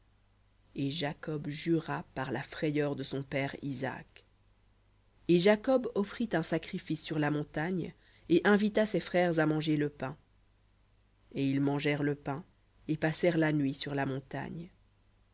et jacob jura par la frayeur de son père isaac et jacob offrit un sacrifice sur la montagne et invita ses frères à manger le pain et ils mangèrent le pain et passèrent la nuit sur la montagne